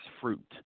fruit